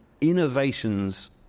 innovations